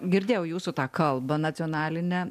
girdėjau jūsų tą kalbą nacionalinę